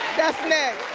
that's next.